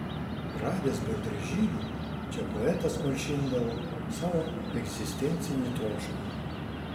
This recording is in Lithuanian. radęs bendražygių čia poetas malšindavo savo egzistencinį troškulį